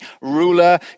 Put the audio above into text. ruler